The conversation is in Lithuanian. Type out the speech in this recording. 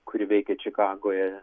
kuri veikė čikagoje